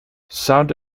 sound